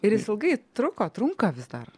ir is ilgai truko trunka vis dar